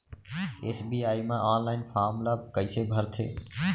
SBI म online form ल कइसे भरथे?